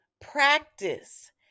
practice